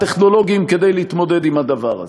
הטכנולוגיים, כדי להתמודד עם הדבר הזה.